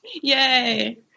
Yay